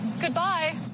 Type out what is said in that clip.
goodbye